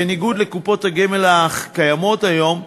בניגוד לקופות הגמל הקיימות היום,